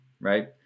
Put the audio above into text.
Right